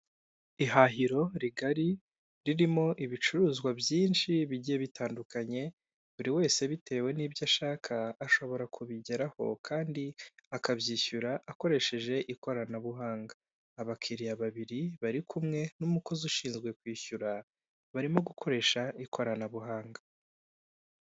Ihahiro rigari ririmo ibicuruzwa byinshi bigiye bitandukanye, buri wese bitewe n'ibyo ashaka ashobora kubigeraho kandi akabyishyura akoresheje ikoranabuhanga, abakiriya babiri bari kumwe n'umukozi ushinzwe kwishyura, barimo gukoresha ikoranabuhanga.